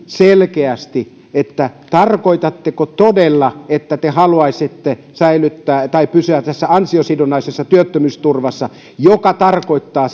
selkeästi tarkoitatteko todella että te haluaisitte pysyä tässä ansiosidonnaisessa työttömyysturvassa mikä tarkoittaa